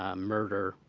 ah murder,